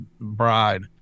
bride